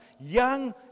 young